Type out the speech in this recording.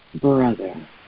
brother